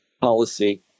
policy